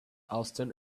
austen